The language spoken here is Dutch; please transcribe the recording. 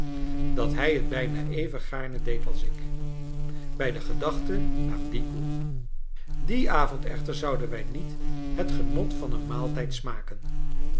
dat hij het bijna even gaarne deed als ik bij de gedachte aan die koe dien avond echter zouden wij niet het genot van een maaltijd smaken